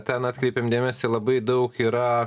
ten atkreipėm dėmesį labai daug yra